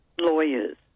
lawyers